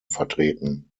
vertreten